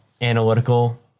analytical